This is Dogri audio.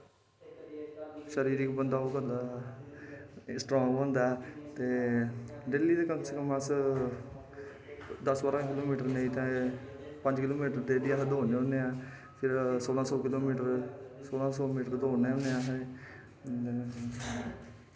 शरीरिक बंदा ओह् बनदा स्ट्रांग बनदा ते डेल्ली दे कम से कम अस दस बारां किलो मीटर नेईं ते पंज किलो मीटर ते दौड़ने होन्ने न फिर सोलां सो मीटर दौड़ने होन्ने अस